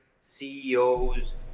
CEOs